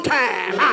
time